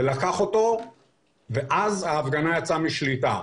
הוא לקח אותו ואז ההפגנה יצאה משליטה.